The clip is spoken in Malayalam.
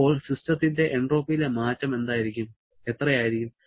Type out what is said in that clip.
അപ്പോൾ സിസ്റ്റത്തിന്റെ എൻട്രോപ്പിയിലെ മാറ്റം എത്രയായിരിക്കും